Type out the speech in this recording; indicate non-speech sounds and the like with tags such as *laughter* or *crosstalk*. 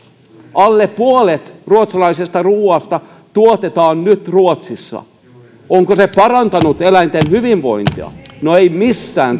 alle puolet ruotsalaisesta ruuasta tuotetaan nyt ruotsissa onko se parantanut eläinten hyvinvointia no ei missään *unintelligible*